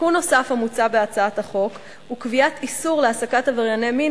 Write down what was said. תיקון נוסף המוצע בהצעת החוק הוא קביעת איסור העסקת עברייני מין